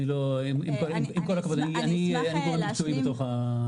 עם כל הכבוד, אני גורם מקצועי.